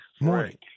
Morning